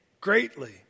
greatly